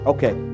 Okay